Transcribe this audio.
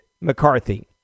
McCarthy